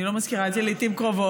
אני לא מזכירה את זה לעיתים קרובות.